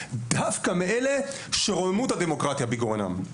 דווקא מאלה שרוממו את הדמוקרטיה בגרונם.